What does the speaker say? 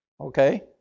okay